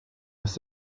was